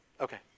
Okay